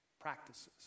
practices